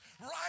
right